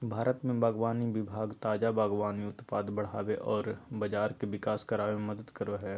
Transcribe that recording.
भारत में बागवानी विभाग ताजा बागवानी उत्पाद बढ़ाबे औरर बाजार के विकास कराबे में मदद करो हइ